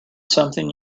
something